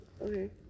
Okay